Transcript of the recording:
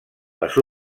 les